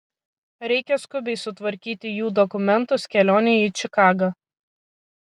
reikia skubiai sutvarkyti jų dokumentus kelionei į čikagą